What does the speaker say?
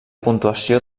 puntuació